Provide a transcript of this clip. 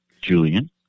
Julian